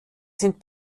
sind